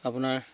আপোনাৰ